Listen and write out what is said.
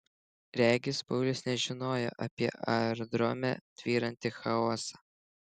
regis paulius nežinojo apie aerodrome tvyrantį chaosą